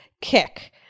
kick